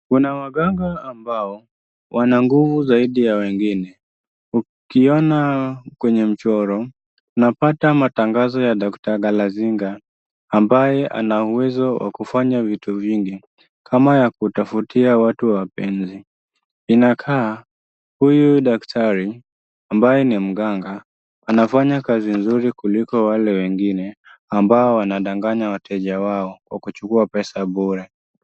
Kuna waganga ambao wana nguvu zaidi ya wengine, ukiona kwenye mchoro unapata matangazo ya doctor Ngalazinga ambaye ana uwezo wa kufanya vitu vingi, kama ya kutafutia watu wapenzi, inakaa huyu daktari ambaye ni mganga anafanya kazi nzuri kuliko wale wengine ambao wanadanganya wateja wao kwa kuchukua pesa bure.